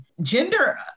gender